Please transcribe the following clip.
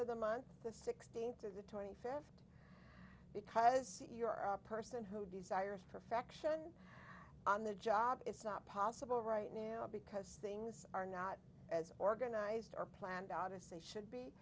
of the month the sixteenth or the twenty fifth because you are a person who desires perfection on the job it's not possible right now because things are not as organized or planned out as say sh